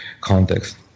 context